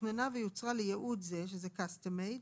שתוכננה ויוצרה לייעוד זה (CUSTOM-MADE),